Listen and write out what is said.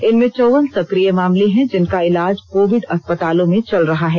इनमें चौवन सक्रिय मामले हैं जिनका इलाज कोविड अस्पतालों में चल रहा है